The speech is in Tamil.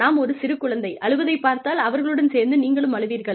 நாம் ஒரு சிறு குழந்தை அழுவதைப் பார்த்தால் அவர்களுடன் சேர்ந்து நீங்களும் அழுவீர்கள்